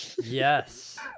Yes